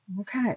Okay